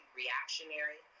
reactionary